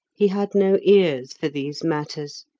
he had no ears for these matters.